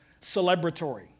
celebratory